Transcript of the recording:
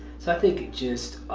so, i think just,